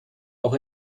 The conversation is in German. auch